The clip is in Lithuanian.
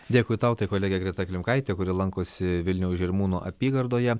dėkui tau tai kolegė greta klimkaitė kuri lankosi vilniaus žirmūnų apygardoje